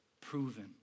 proven